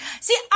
See